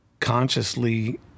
consciously